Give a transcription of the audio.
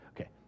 Okay